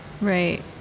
Right